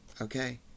Okay